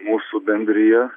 mūsų bendrija